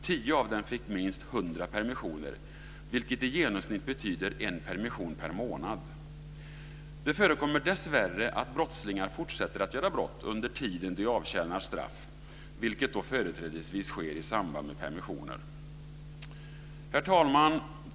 10 av dem fick minst 100 permissioner, vilket i genomsnitt betyder en permission per månad. Det förekommer dessvärre att brottslingar fortsätter att göra brott under den tid då de avtjänar straff, vilket företrädesvis sker i samband med permissioner. Herr talman!